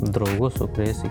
draugų su kuriais